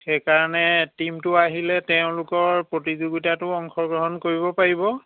সেইকাৰণে টিমটো আহিলে তেওঁলোকৰ প্ৰতিযোগিতাতো অংশগ্ৰহণ কৰিব পাৰিব